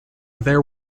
there